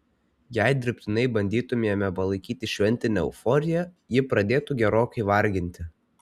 jei dirbtinai bandytumėme palaikyti šventinę euforiją ji pradėtų gerokai varginti